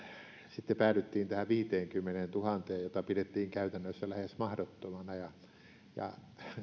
sitten päädyttiin tähän viiteenkymmeneentuhanteen mitä pidettiin käytännössä lähes mahdottomana ja ja